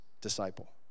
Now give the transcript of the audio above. disciple